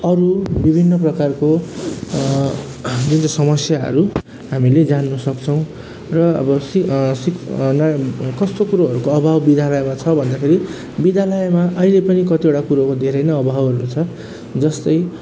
अरू विभिन्न प्रकारको हामीले समस्याहरू हामीले जान्नु सक्छौँ र अब सी सीक् न कस्तो कुरोहरू को अभाव विद्यालयमा छ भन्दाखेरि विद्यालयमा अहिले पनि कतिवटा कुरोको धेरै नै अभावहरू रहेछ जस्तै